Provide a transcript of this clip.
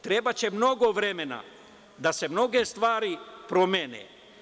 Trebaće mnogo vremena da se mnoge stvari promene.